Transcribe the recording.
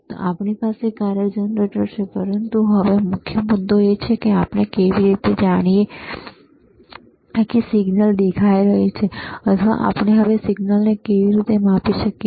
તો આપણી પાસે કાર્ય જનરેટરમાં છે પરંતુ હવે મુખ્ય મુદ્દો એ છે કે આપણે કેવી રીતે જાણી શકીએ કે આ સિગ્નલ દેખાઈ રહ્યું છે અથવા આપણે હવે સિગ્નલને કેવી રીતે માપી શકીએ